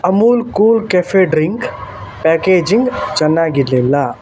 Amul Kool cafe drink packaging ಚೆನ್ನಾಗಿರಲಿಲ್ಲ